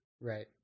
Right